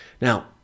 Now